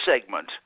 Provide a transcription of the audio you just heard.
segment